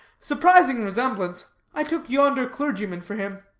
surprising resemblance. i took yonder clergyman for him.